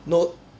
no